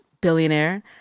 billionaire